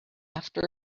after